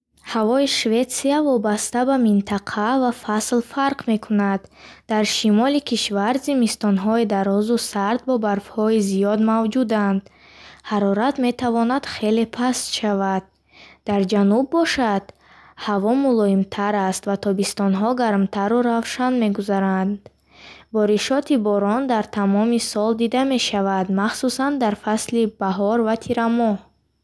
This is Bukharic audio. Ҳавои Шветсия вобаста ба минтақа ва фасл фарқ мекунад. Дар шимоли кишвар зимистонҳои дарозу сард бо барфҳои зиёд мавҷуданд, ҳарорат метавонад хеле паст шавад. Дар ҷануб бошад, ҳаво мулоимтар аст ва тобистонҳо гармтару равшан мегузаранд. Боришоти борон дар тамоми сол дида мешавад, махсусан дар фасли баҳор ва тирамоҳ.